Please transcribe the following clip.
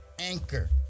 anchor